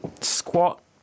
squat